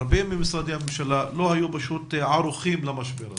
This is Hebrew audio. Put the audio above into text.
הרבה ממשרדי הממשלה פשוט לא היו ערוכים למשבר הזה.